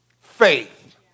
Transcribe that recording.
faith